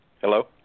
Hello